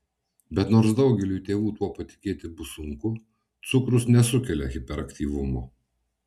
bet nors daugeliui tėvų tuo patikėti bus sunku cukrus nesukelia hiperaktyvumo